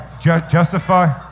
Justify